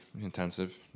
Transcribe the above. intensive